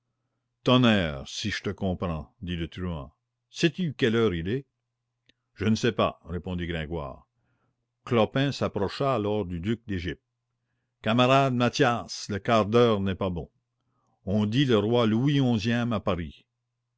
tonnerre si je te comprends dit le truand sais-tu quelle heure il est je ne sais pas répondit gringoire clopin s'approcha alors du duc d'égypte camarade mathias le quart d'heure n'est pas bon on dit le roi louis onzième à paris